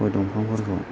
गय दंफांफोरखौ